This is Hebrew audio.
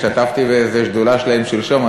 השתתפתי באיזה שדולה שלהם שלשום,